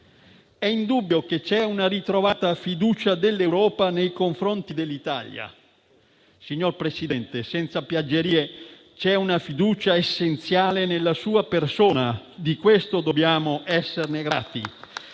È indubbio che c'è una ritrovata fiducia dell'Europa nei confronti dell'Italia. Signor Presidente, senza piaggerie, c'è una fiducia essenziale nella sua persona e di questo dobbiamo essergliene grati.